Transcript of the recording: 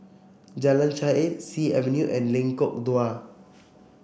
Jalan Shaer Sea Avenue and Lengkok Dua